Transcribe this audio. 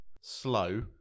slow